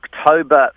October